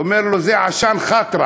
הוא אומר לו: זה "עשאן חאטרכּ",